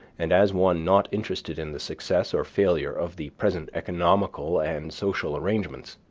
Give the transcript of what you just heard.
and as one not interested in the success or failure of the present economical and social arrangements.